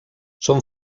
són